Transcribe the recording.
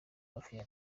mafia